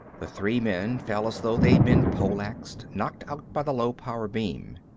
the three men fell as though they'd been pole-axed, knocked out by the low-power beam.